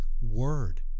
word